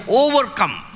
overcome